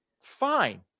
Fine